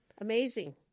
Amazing